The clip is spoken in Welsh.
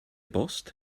bost